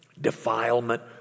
defilement